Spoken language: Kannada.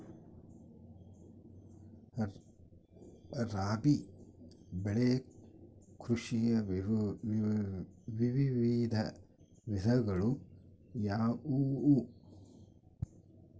ರಾಬಿ ಬೆಳೆ ಕೃಷಿಯ ವಿವಿಧ ವಿಧಗಳು ಯಾವುವು?